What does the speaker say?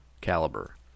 caliber